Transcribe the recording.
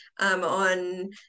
On